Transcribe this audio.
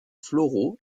floraux